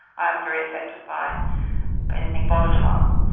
i'm very affected by anything volatile.